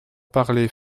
parlez